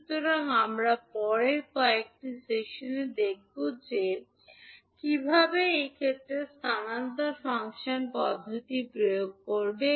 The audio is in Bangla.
সুতরাং আমরা পরের কয়েকটি সেশনে দেখব যে কীভাবে এই ক্ষেত্রে স্থানান্তর ফাংশন পদ্ধতি প্রয়োগ করবে